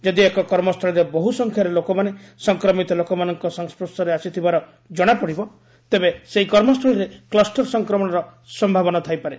ଯଦି ଏକ କର୍ମସ୍ଥଳୀରେ ବହୁସଂଖ୍ୟାରେ ଲୋକମାନେ ସଂକ୍ରମିତ ଲୋକମାନଙ୍କ ସଂସ୍କର୍ଶରେ ଆସିଥିବାର ଜଣାପଡ଼ିବ ତେବେ ସେହି କର୍ମସ୍ଥଳୀରେ କ୍ଲଷ୍ଟର ସଂକ୍ରମଣର ସମ୍ଭାବନା ଥାଇପାରେ